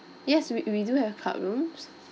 yes we we do have club rooms